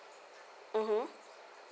mmhmm